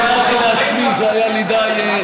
אני תיארתי לעצמי, זה היה מדי ברור.